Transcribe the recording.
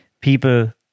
people